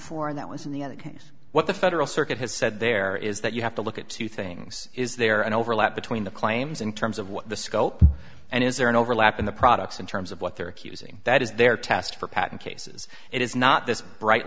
four that was in the other case what the federal circuit has said there is that you have to look at two things is there an overlap between the claims in terms of what the scope and is there an overlap in the products in terms of what they're accusing that is their test for patent cases it is not this bright